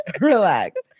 relax